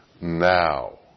now